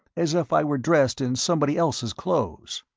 as if i were dressed in somebody else's clothes.